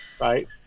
Right